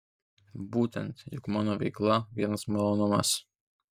būtent juk mano veikla vienas malonumas